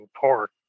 Park